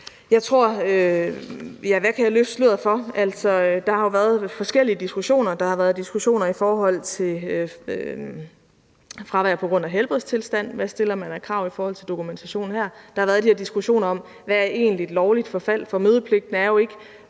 Hvad kan jeg løfte sløret for? Der har jo været forskellige diskussioner. Der har været diskussioner i forhold til fravær på grund af helbredstilstand, og hvad man her stiller af krav i forhold til dokumentation, og der har været de her diskussioner om, hvad der egentlig er lovligt forfald. For mødepligten er jo ikke